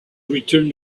returned